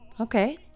Okay